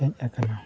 ᱦᱮᱡ ᱟᱠᱟᱱᱟ